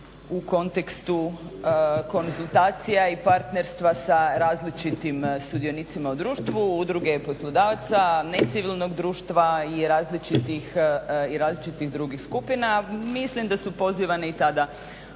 u kontekstu konzultacija i partnerstva sa različitim sudionicima u društvu, udruge poslodavaca, necivilnog društva i različitih drugih skupina. Mislim da su pozivane i tada